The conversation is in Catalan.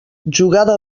jugada